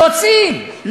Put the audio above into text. יוצאים.